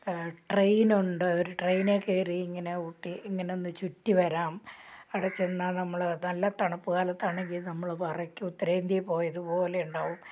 train ഉണ്ട് ഒരു train കയറി ഇങ്ങനെ ഊട്ടി ഇങ്ങനെ ഒന്ന് ചുറ്റി വരാം അവിടെ ചെന്നാൽ നമ്മൾ നല്ല തണുപ്പ് കാലത്ത് ആണെങ്കിൽ നമ്മൾ വിറയ്ക്കും ഉത്തരേന്ത്യയിൽ പോയതു പോലെ ഉണ്ടാകും